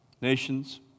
Nations